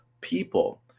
people